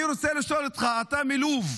אני רוצה לשאול אותך: אתה מלוב.